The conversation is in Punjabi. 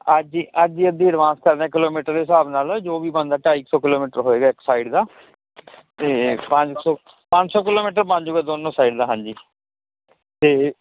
ਅੱਜ ਹੀ ਅੱਜ ਈ ਅੱਧੀ ਅਡਵਾਂਸ ਕਰ ਦਿਆਂਗਾ ਕਿਲੋਮੀਟਰ ਦੇ ਸਾਬ ਨਾਲ ਜੋ ਵੀ ਬਣਦਾ ਢਾਈ ਕ ਸੌ ਕਿਲੋਮੀਟਰ ਹੋਏਗਾ ਸਾਈਡ ਦਾ ਤੇ ਪੰਜ ਸੌ ਪੰਜ ਸੌ ਕਿਲੋਮੀਟਰ ਬਣ ਜੂਗਾ ਦੋਨੋਂ ਸਾਈਡ ਦਾ ਹਾਂਜੀ ਤੇ